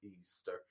Easter